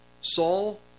Saul